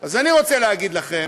אז אני רוצה להגיד לכם,